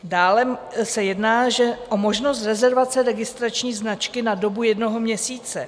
Dále se jedná o možnost rezervace registrační značky na dobu jednoho měsíce.